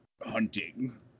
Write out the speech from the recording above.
hunting